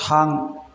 थां